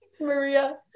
Maria